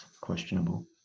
questionable